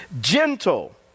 gentle